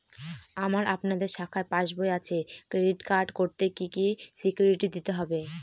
আমার আপনাদের শাখায় পাসবই আছে ক্রেডিট কার্ড করতে কি কি সিকিউরিটি দিতে হবে?